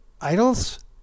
idols